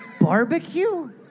barbecue